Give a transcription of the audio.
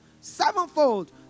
sevenfold